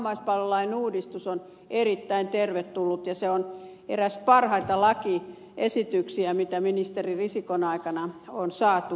tämä vammaispalvelulain uudistus on erittäin tervetullut ja se on eräs parhaita lakiesityksiä mitä ministeri risikon aikana on saatu